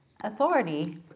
authority